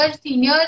senior